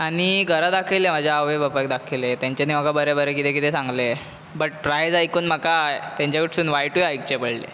आनी घरा दखयलें म्हज्या आवय बापायक दाखलें तेंच्यानी म्हाका बरें बरें कितें कितें सांगलें बट प्राय्स आयकून म्हाका तेंच्या कडसून वायटूय आयकचें पडलें